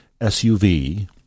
SUV